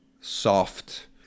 soft